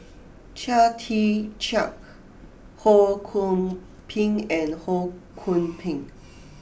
Chia Tee Chiak Ho Kwon Ping and Ho Kwon Ping